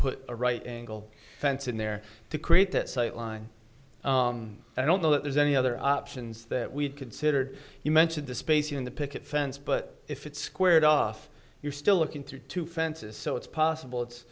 put a right angle fence in there to create that sightline i don't know that there's any other options that we've considered you mentioned the spacing on the picket fence but if it's squared off you're still looking through two fences so it's possible it's